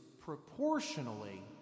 proportionally